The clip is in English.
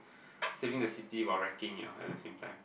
saving the city while wrecking it out at the same time